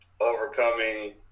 overcoming